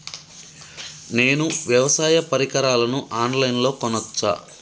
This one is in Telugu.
నేను వ్యవసాయ పరికరాలను ఆన్ లైన్ లో కొనచ్చా?